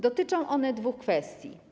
Dotyczą one dwóch kwestii.